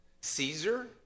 Caesar